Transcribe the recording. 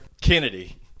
Kennedy